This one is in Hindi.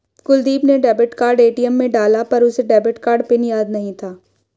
कुलदीप ने डेबिट कार्ड ए.टी.एम में डाला पर उसे डेबिट कार्ड पिन याद नहीं था